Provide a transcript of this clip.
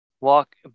walk